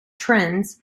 trends